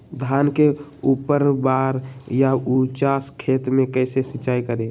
धान के ऊपरवार या उचास खेत मे कैसे सिंचाई करें?